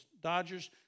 Dodgers